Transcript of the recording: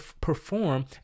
perform